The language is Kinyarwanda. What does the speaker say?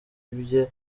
ibye